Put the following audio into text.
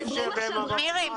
אותו --- מירי,